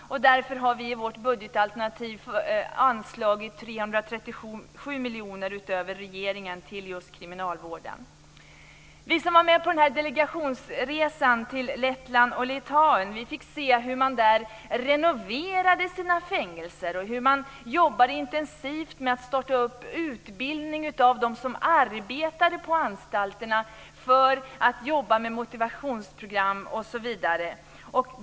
Därför har vi i vårt budgetalternativ anslagit 337 miljoner utöver regeringen till kriminalvården. Vi som deltog i delegationsresan till Lettland och Litauen fick se hur man där renoverade sina fängelser och hur man jobbade intensivt med att starta utbildning av dem som arbetade på anstalterna med motivationsprogram osv.